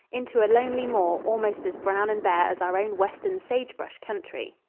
into a lonely moor almost as brown and bare as our own western sagebrush country.